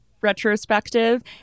retrospective